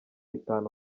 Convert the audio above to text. itanu